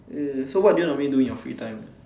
so what do you normally do in your free time